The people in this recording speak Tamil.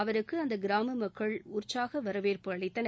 அவருக்கு அந்த கிராம மக்கள் உற்சாக வரவேற்பு அளித்தனர்